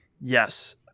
Yes